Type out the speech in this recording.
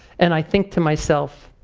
and i think to myself,